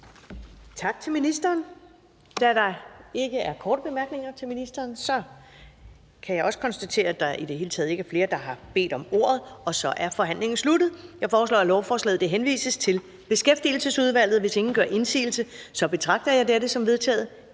Tak til ministeren. Da der ikke er korte bemærkninger til ministeren, kan jeg også konstatere, at der i det hele taget ikke er flere, der har bedt om ordet, og så er forhandlingen sluttet. Jeg foreslår at lovforslaget henvises til Beskæftigelsesudvalget. Hvis ingen gør indsigelse, betragter jeg det som vedtaget.